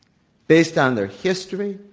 based on their history,